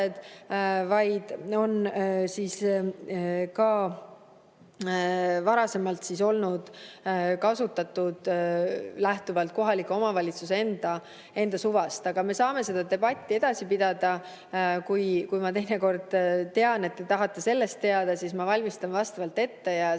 vaid seda on ka varasemalt kasutatud lähtuvalt kohaliku omavalitsuse suvast. Me saame seda debatti edasi pidada. Kui ma teinekord tean, et te tahate selle kohta teada, siis ma valmistan vastavalt ette ja see